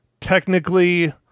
technically